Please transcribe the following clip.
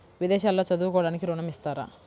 విదేశాల్లో చదువుకోవడానికి ఋణం ఇస్తారా?